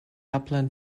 upland